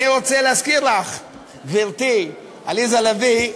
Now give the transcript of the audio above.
אני רוצה להזכיר לך, גברתי, עליזה לביא,